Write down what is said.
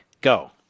Go